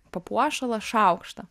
papuošalą šaukštą